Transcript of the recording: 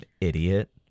idiot